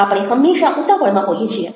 આપણે હંમેશા ઉતાવળમાં હોઈએ છીએ